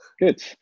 Good